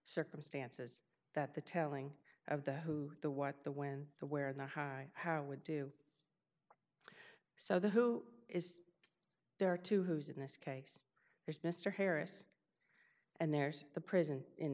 circumstances that the telling of the who the what the when the where the high how would do so the who is there to who is in this case there's mr harris and there's the prison in